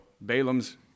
Balaam's